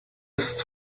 ist